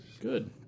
Good